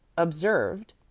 observed,